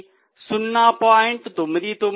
ఇవి 0